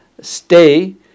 stay